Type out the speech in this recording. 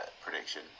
prediction